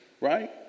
right